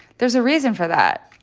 there's a reason for that.